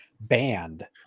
banned